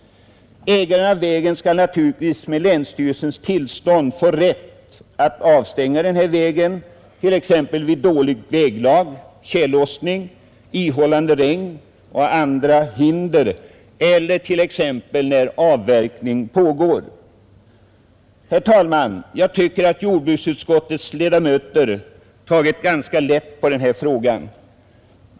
Ägaren av en skogsväg skall naturligtvis med länsstyrelsens tillstånd få rätt att avstänga den, t.ex. vid dåligt väglag, tjällossning, ihållande regn och andra hinder eller när avverkning pågår. Herr talman! Jag anser att jordbruksutskottets ledamöter tagit ganska lätt på denna fråga.